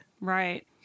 Right